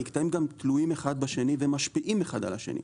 המקטעים גם תלויים אחד בשני ומשפיעים אחד על השני,